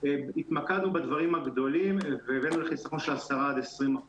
התמקדנו בדברים הגדולים והבאנו לחיסכון של 10-20%